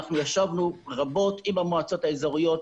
אנחנו ישבנו רבות עם המועצות האזוריות,